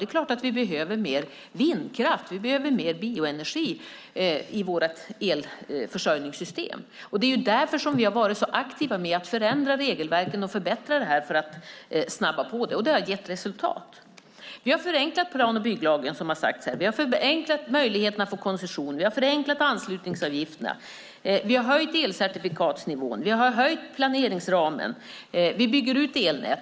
Det är klart att vi behöver mer vindkraft. Vi behöver mer bioenergi i vårt elförsörjningssystem. Det är därför vi har varit så aktiva med att förändra regelverken och förbättra detta för att snabba på det. Det har också gett resultat. Vi har, vilket har sagts här, förenklat plan och bygglagen och förenklat möjligheterna för koncession. Vi har förenklat anslutningsavgifterna. Vi har höjt elcertifikatsnivån. Vi har höjt planeringsramen. Vi bygger ut elnätet.